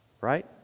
right